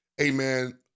amen